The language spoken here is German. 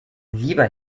lieber